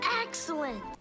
Excellent